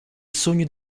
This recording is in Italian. sogno